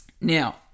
Now